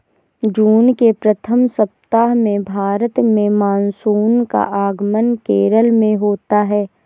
जून के प्रथम सप्ताह में भारत में मानसून का आगमन केरल में होता है